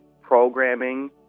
programming